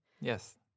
Yes